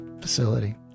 facility